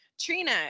Trina